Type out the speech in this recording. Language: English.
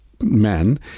men